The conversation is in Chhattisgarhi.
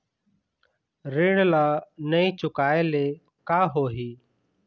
ऋण ला नई चुकाए ले का होही?